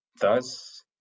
Thus